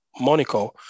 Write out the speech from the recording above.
Monaco